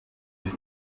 sich